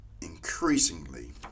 increasingly